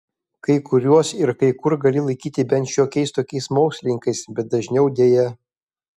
kai kuriuos ir kai kur gali laikyti bent šiokiais tokiais mokslininkais bet dažniau deja